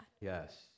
Yes